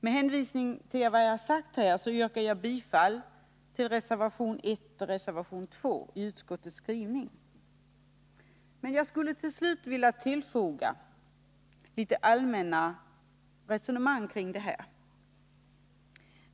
Med hänvisning till vad jag har sagt här yrkar jag bifall till reservationerna 1 och 2. Jag skulle till sist vilja tillfoga några allmänna synpunkter kring det här.